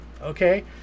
Okay